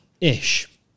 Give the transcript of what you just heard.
ish